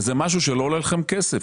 וזה משהו שלא עולה לכם כסף.